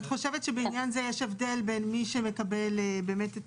את חושבת שבעניין זה יש הבדל בין מי שמקבל באמת את